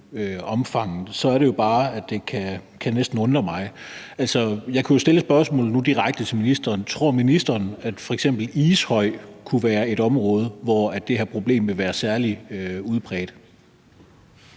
omfanget, så kan det godt undre mig. Altså, jeg kunne jo nu stille et spørgsmål direkte til ministeren: Tror ministeren, at f.eks. Ishøj kunne være et område, hvor det her problem vil være særlig udbredt?